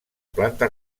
planta